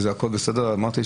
המילה שעכשיו עלתה לי בראש,